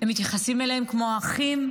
הם מתייחסים אליהם כמו אחים.